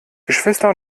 geschwister